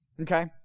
Okay